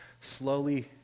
slowly